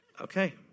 Okay